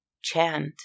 chant